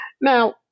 Now